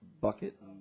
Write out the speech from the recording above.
bucket